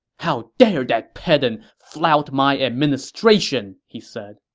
how dare that pedant flout my administration! he said.